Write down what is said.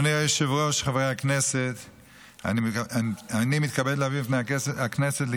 אני מתכבד להביא בפני הכנסת,